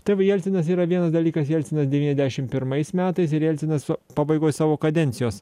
tai va jelcinas yra vienas dalykas jelcinas devyniasdešimt pirmais metais ir jelcinas pabaigoj savo kadencijos